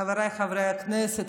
חבריי חברי הכנסת,